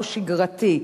או שגרתי,